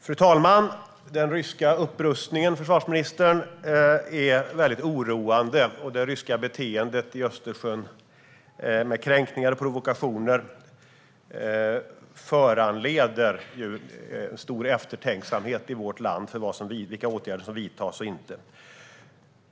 Fru talman! Den ryska upprustningen är väldigt oroande, försvarsministern. Det ryska beteendet i Östersjön, med kränkningar och provokationer, föranleder stor eftertänksamhet i vårt land för vilka åtgärder som vidtas och inte.